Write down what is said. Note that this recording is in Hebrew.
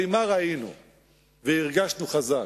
את הבלימה ראינו והרגשנו חזק.